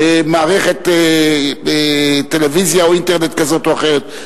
מערכת טלוויזיה או אינטרנט כזו או אחרת,